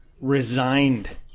resigned